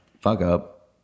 fuck-up